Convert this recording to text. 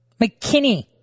McKinney